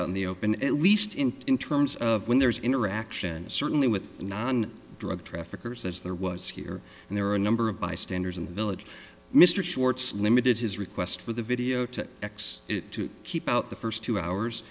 in the open at least in terms of when there's interaction certainly with non drug traffickers as there was here and there are a number of bystanders in the village mr schwarz limited his request for the video to x it to keep out the first two hours